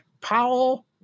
Powell